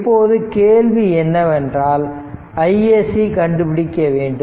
இப்போது கேள்வி என்னவென்றால் iSC கண்டுபிடிக்க வேண்டும்